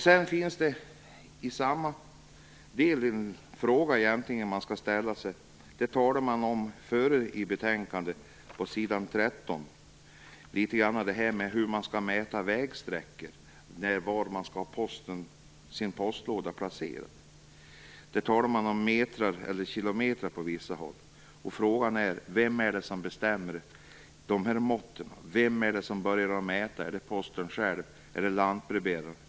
Tidigare i betänkandet på s. 13 gäller det samma fråga när det står om hur man skall mäta vägsträckor och hur man skall ha sin postlåda placerad. Där talar man om meter, och på vissa håll om kilometer. Frågan är: Vem är det som bestämmer de måtten? Vem är det som börjar att mäta? Är det Posten själv? Är det lantbrevbäraren?